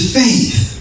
faith